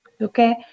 okay